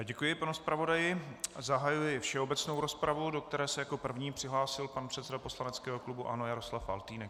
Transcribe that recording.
Děkuji panu zpravodaji a zahajuji všeobecnou rozpravu, do které se jako první přihlásil pan předseda poslaneckého klubu ANO Jaroslav Faltýnek.